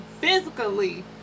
physically